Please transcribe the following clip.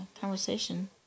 conversation